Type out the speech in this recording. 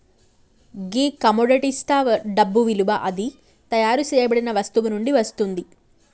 గీ కమొడిటిస్తా డబ్బు ఇలువ అది తయారు సేయబడిన వస్తువు నుండి వస్తుంది